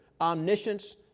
Omniscience